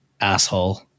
Asshole